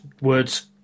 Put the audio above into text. words